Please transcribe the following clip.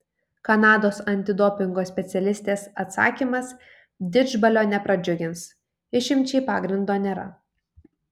kanados antidopingo specialistės atsakymas didžbalio nepradžiugins išimčiai pagrindo nėra